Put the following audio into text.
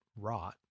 rot